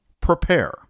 prepare